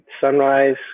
Sunrise